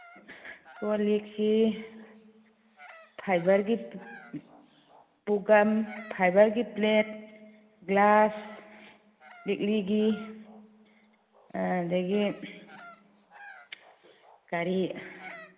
ꯀꯣꯜꯂꯤꯛꯁꯤ ꯐꯥꯏꯕꯔꯒꯤ ꯄꯨꯈꯝ ꯐꯥꯏꯕꯔꯒꯤ ꯄ꯭ꯂꯦꯠ ꯒ꯭ꯂꯥꯁ ꯂꯤꯛꯂꯤꯒꯤ ꯑꯗꯒꯤ ꯀꯔꯤ